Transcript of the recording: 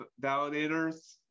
validators